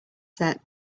set